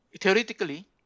theoretically